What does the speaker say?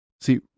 See